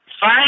Fine